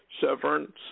severance